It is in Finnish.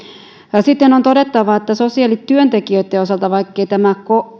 sitten on todettava sosiaalityöntekijöitten osalta vaikkei tämä